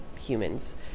humans